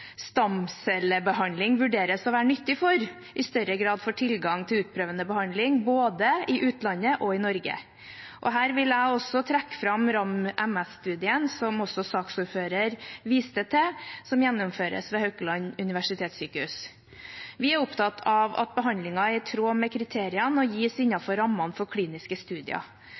vurderes å være nyttig for, i større grad får tilgang til utprøvende behandling, både i utlandet og i Norge. Her vil jeg trekke fram RAM-MS-studien, som også saksordføreren viste til, som gjennomføres ved Haukeland universitetssjukehus. Vi er opptatt av at behandlingen er i tråd med kriteriene og gis innenfor rammen for kliniske studier.